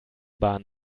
bahn